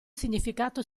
significato